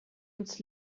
uns